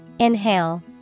Inhale